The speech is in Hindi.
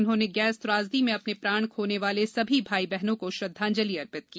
उन्होंने गैस त्रासदी में अपने प्राण खोने वाले सभी भाई बहनों को श्रद्धांजलि अर्पित की